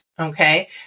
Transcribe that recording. okay